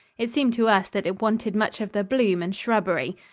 it seemed to us that it wanted much of the bloom and shrubbery.